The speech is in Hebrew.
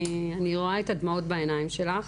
אני רואה את הדמעות בעיניים שלך.